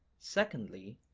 secondly,